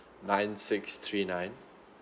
nine six three nine